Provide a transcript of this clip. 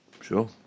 Sure